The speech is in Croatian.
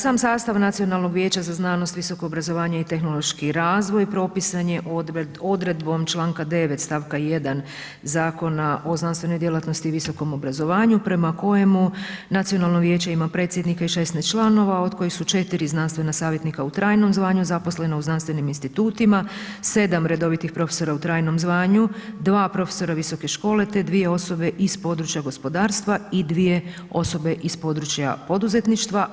Sam sastav Nacionalnog vijeća za znanost, visoko obrazovanje i tehnološki razvoj propisan je odredbom članka 9. stavka 1. Zakona o znanstvenoj djelatnosti i visokom obrazovanju prema kojemu Nacionalno vijeće ima predsjednika i 16 članova od kojih su 4 znanstvena savjetnika u trajnom zvanju zaposlena u znanstvenim institutima, 7 redovitih profesora u trajnom zvanju, 2 profesora visoke škole te 2 osobe iz područja gospodarstva i 2 osobe iz područja poduzetništva.